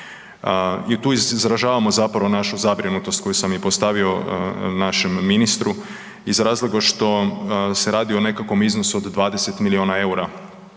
I tu izražavamo zapravo našu zabrinutost koju sam i postavio našem ministru iz razloga što se radi o nekakvom iznosu od 20 milijuna eura,